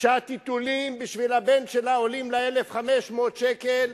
שהטיטולים בשביל הבן שלה עולים לה 1,500 שקל,